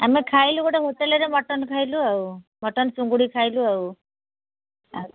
ଆମେ ଖାଇଲୁ ଗୋଟିଏ ହୋଟେଲ୍ରେ ମଟନ୍ ଖାଇଲୁ ଆଉ ମଟନ୍ ଚିଙ୍ଗୁଡ଼ି ଖାଇଲୁ ଆଉ